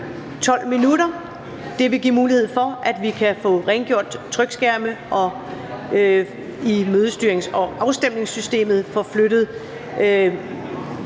12 minutter. Det vil give mulighed for, at vi kan få rengjort trykskærme og i mødestyrings- og afstemningssystemet få flyttet